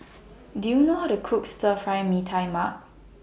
Do YOU know How to Cook Stir Fry Mee Tai Mak